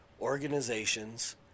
organizations